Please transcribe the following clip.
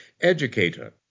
educator